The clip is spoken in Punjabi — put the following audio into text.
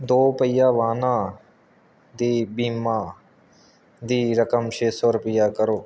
ਦੋਪਹੀਆ ਵਾਹਨਾਂ ਦੇ ਬੀਮਾ ਦੀ ਰਕਮ ਛੇ ਸੌ ਰਪਈਆ ਕਰੋ